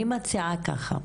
אני מציעה ככה,